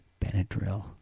Benadryl